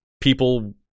people